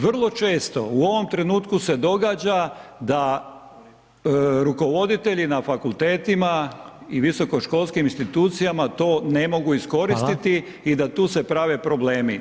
Vrlo često u ovom trenutku se događa da rukovoditelji na fakultetima i visokoškolskim institucijama to ne mogu iskoristiti i da tu se prave problemi.